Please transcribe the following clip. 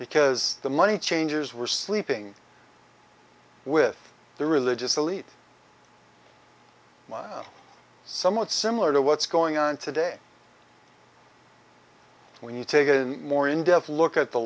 because the money changers were sleeping with the religious elite somewhat similar to what's going on today when you take a more in depth look at the